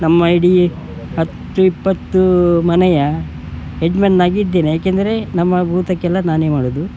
ನಮ್ಮ ಇಡೀ ಹತ್ತು ಇಪ್ಪತ್ತು ಮನೆಯ ಯಜಮಾನನಾಗಿದ್ದೇನೆ ಯಾಕೆಂದರೆ ನಮ್ಮ ಭೂತಕ್ಕೆಲ್ಲ ನಾನೇ ಮಾಡುವುದು